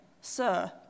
Sir